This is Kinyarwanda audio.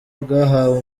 bwahawe